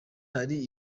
hari